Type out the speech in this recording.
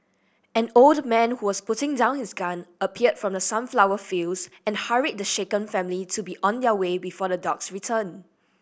an old man who was putting down his gun appeared from the sunflower fields and hurried the shaken family to be on their way before the dogs return